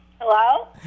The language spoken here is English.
Hello